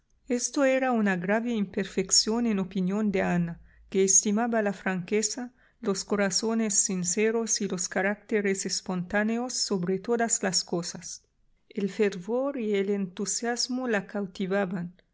esto era una grave imperfección en opinión de ana que estimaba la franqueza los corazones sinceros y los caracteres espontáneos sobre todas las cosas el fervor y el entusiasmo la cautivaban